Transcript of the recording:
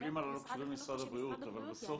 המטפלים הללו קשורים למשרד הבריאות אבל בסוף